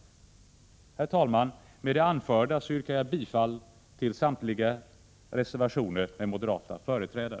Herr talman! Med det anförda yrkar jag bifall till samtliga reservationer med moderata företrädare.